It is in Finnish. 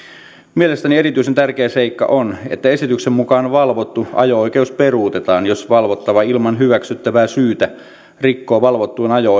mielestäni erityisen tärkeä seikka on että esityksen mukaan valvottu ajo oikeus peruutetaan jos valvottava ilman hyväksyttävää syytä rikkoo valvottuun ajo